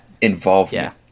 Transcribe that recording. involvement